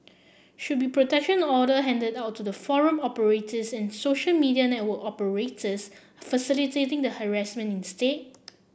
should be protection order handed out to the forum operators and social media network operators facilitating the harassment instead